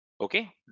okay